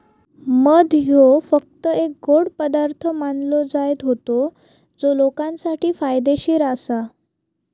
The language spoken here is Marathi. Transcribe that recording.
मध ह्यो फक्त एक गोड पदार्थ मानलो जायत होतो जो लोकांसाठी फायदेशीर आसा